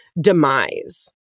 demise